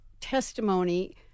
testimony